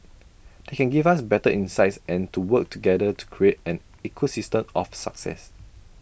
they can give us better insights and to work together to create an ecosystem of success